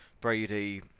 Brady